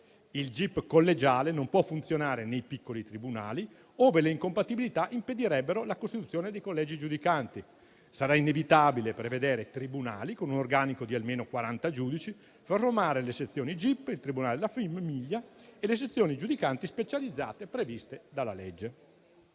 Il gip collegiale non può funzionare nei piccoli tribunali, ove le incompatibilità impedirebbero la costituzione dei collegi giudicanti. Sarà inevitabile prevedere tribunali con un organico di almeno quaranta giudici, formare le sezioni gip, il tribunale della famiglia e le sezioni giudicanti specializzate previste dalla legge.